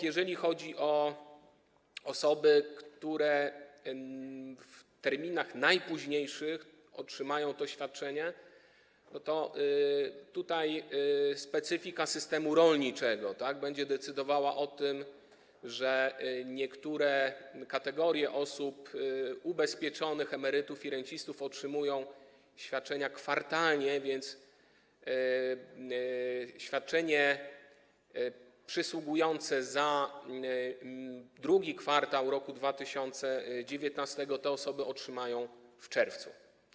Jeśli chodzi o osoby, które w terminach najpóźniejszych otrzymają to oświadczenie, to specyfika systemu rolniczego będzie decydowała o tym, że niektóre kategorie osób ubezpieczonych, emerytów i rencistów otrzymują świadczenia kwartalnie, więc świadczenie przysługujące za II kwartał roku 2019 te osoby otrzymają w czerwcu.